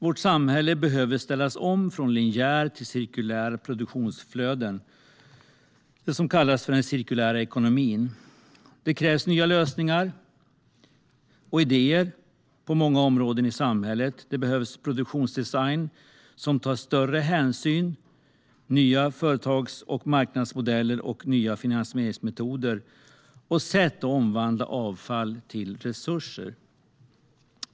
Vårt samhälle behöver ställas om från linjära till cirkulära produktionsflöden, det som kallas för den cirkulära ekonomin. Det krävs nya lösningar och idéer på många områden i samhället. Det behövs produktdesign som tar större miljöhänsyn, nya företags och marknadsmodeller, nya finansieringsmetoder och sätt att omvandla avfall till resurser.